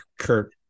Kurt